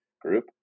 group